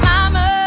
Mama